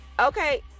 Okay